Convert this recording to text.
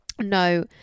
No